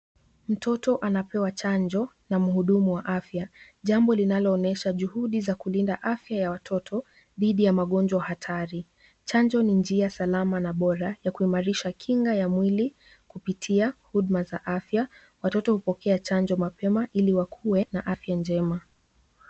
Mtoto anapewa chanjo na mhudumu wa afya. Jambo linaloonyesha juhudi za kulinda afya ya watoto dhidi ya magonjwa hatari. Chanjo ni njia salama na bora ya kuimarisha kinga ya mwili kupitia huduma za afya, watoto hupokea chanjo mapema ili wakuwe na afya njema.